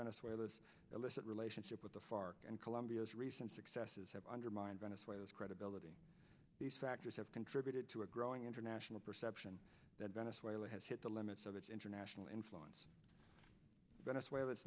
illicit relationship with the fark and colombia's recent successes have undermined venezuela's credibility these factors have contributed to a growing international perception that venezuela has hit the limits of its international influence venezuela